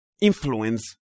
influence